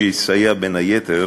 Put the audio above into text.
שיסייע בין היתר